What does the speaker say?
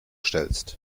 stellst